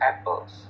apples